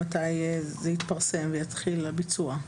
מתי זה יתפרסם ויתחיל הביצוע.